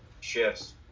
shifts